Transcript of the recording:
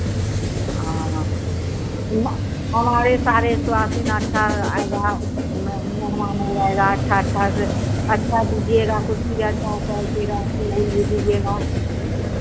हाँ हमारे सारे सुआसिन अच्छा आएगा मेहमानो रहेगा अच्छा अच्छा से अच्छा दीजिएगा कुर्सी अच्छा क्वालटी का टेबुल भी दीजिएगा